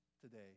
today